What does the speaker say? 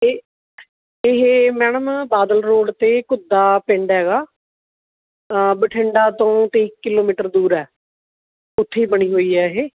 ਅਤੇ ਇਹ madam Badal road 'ਤੇ ਘੁੱਦਾ ਪਿੰਡ ਹੈਗਾ ਅ ਬਠਿੰਡਾ ਤੋਂ ਤੇਈ ਕਿਲੋਮੀਟਰ ਦੂਰ ਹੈ ਉੱਥੇ ਬਣੀ ਹੋਈ ਹੈ ਇਹ